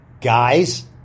guys